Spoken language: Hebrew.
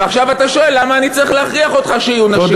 ועכשיו אתה שואל למה אני צריך להכריח אותך שיהיו נשים.